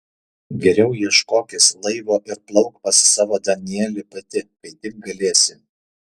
geriau ieškokis laivo ir plauk pas savo danielį pati kai tik galėsi